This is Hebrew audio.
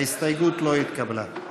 ההסתייגות לא התקבלה.